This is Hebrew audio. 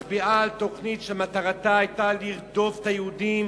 והיא מצביעה על תוכנית לרדוף את היהודים